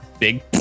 Big